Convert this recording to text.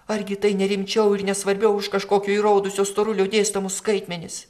argi tai ne rimčiau ir ne svarbiau už kažkokio įraudusio storulio dėstomus skaitmenis